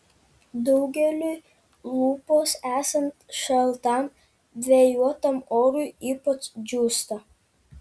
daugeliui lūpos esant šaltam vėjuotam orui ypač džiūsta